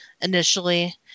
initially